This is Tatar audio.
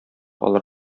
алар